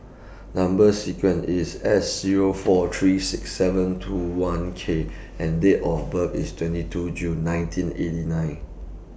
Number sequence IS S Zero four three six seven two one K and Date of birth IS twenty two June nineteen eighty nine